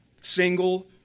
single